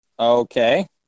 Okay